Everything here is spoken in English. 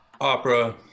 opera